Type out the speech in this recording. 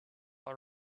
all